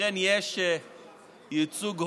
אכן יש ייצוג הולם,